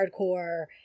hardcore